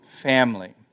family